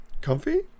Comfy